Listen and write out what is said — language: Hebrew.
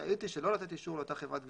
רשאית היא שלא לתת אישור לאותה חברת גבייה,